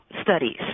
studies